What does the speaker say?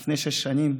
לפני שש שנים,